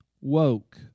woke